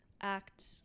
act